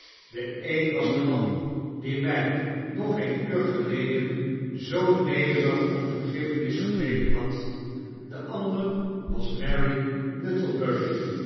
de een was de man die my nog geen uur geleden zoonederigom vergiffenis gebeden had de ander was mary